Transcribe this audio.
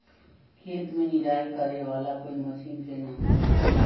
खेत मे निराई करे वाला कोई मशीन के नाम बताऊ?